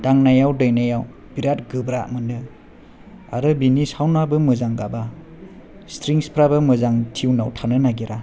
दांनायाव दैनायाव बिराद गोब्रा मोनो आरो बिनि सावन्दयाबो मोजां गाबा स्थ्रिंसफ्राबो मोजां थिउननाव थानो नागिरा